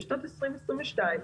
בשנת 2022,